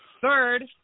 Third